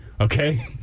Okay